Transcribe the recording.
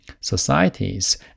societies